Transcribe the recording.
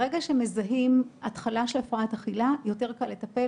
ברגע שמזהים התחלה של הפרעת אכילה יותר קל לטפל,